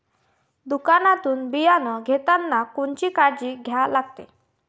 दुकानातून बियानं घेतानी कोनची काळजी घ्या लागते?